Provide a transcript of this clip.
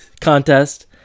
contest